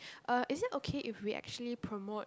uh is it okay if we actually promote